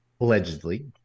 Allegedly